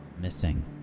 missing